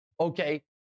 okay